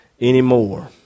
anymore